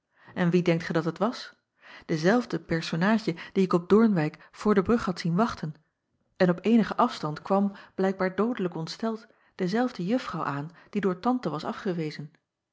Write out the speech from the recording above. en wie denkt gij dat het acob van ennep laasje evenster delen was ezelfde personaadje die ik op oornwijck voor de brug had zien wachten en op eenigen afstand kwam blijkbaar doodelijk ontsteld dezelfde uffrouw aan die door ante was afgewezen